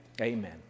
Amen